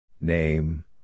Name